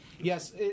Yes